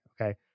okay